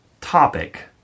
topic